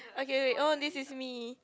okay wait oh this is me